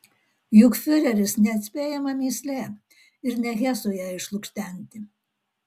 juk fiureris neatspėjama mįslė ir ne hesui ją išlukštenti